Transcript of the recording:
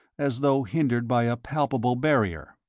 as though hindered by a palpable barrier.